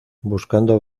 buscando